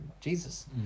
Jesus